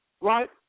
Right